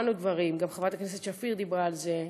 שמענו דברים, וגם חברת הכנסת שפיר דיברה על זה.